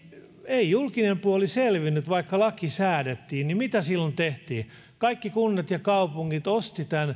ei julkinen puoli selvinnyt vaikka laki säädettiin mitä silloin tehtiin kaikki kunnat ja kaupungit ostivat tämän